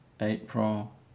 April